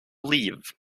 leave